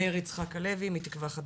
מאיר יצחק הלוי, מתקווה חדשה.